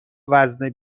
وزن